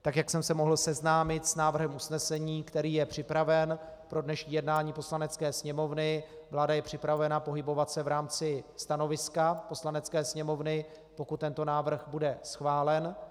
Tak jak jsem se mohl seznámit s návrhem usnesení, který je připraven pro dnešní jednání Poslanecké sněmovny, vláda je připravena pohybovat se v rámci stanoviska Poslanecké sněmovny, pokud tento návrh bude schválen.